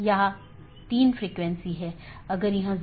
जबकि जो स्थानीय ट्रैफिक नहीं है पारगमन ट्रैफिक है